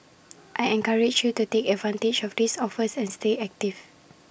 I encourage you to take advantage of these offers and stay active